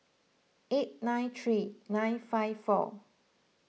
eight nine three nine five four